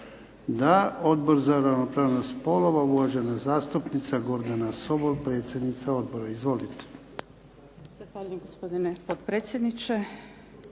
Da. Odbor za ravnopravnost spolova, uvažena zastupnica Gordana Sobol, predsjednica odbora. Izvolite. **Sobol, Gordana (SDP)** Zahvaljujem, gospodine potpredsjedniče.